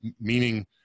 meaning